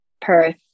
Perth